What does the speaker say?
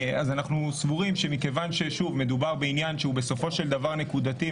אז אנחנו סבורים שמכיוון ששוב מדובר בעניין שבסופו של דבר נקודתי,